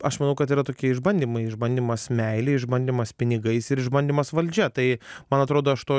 aš manau kad yra tokie išbandymai išbandymas meile išbandymas pinigais ir išbandymas valdžia tai man atrodo aš to